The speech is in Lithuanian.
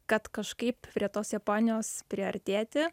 kad kažkaip prie tos japonijos priartėti